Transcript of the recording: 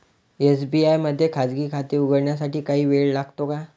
SBI मध्ये खाजगी खाते उघडण्यासाठी काही वेळ लागतो का?